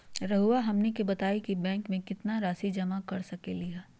रहुआ हमनी के बताएं कि बैंक में कितना रासि जमा कर सके ली?